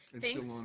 thanks